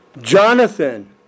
Jonathan